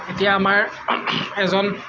এতিয়া আমাৰ এজন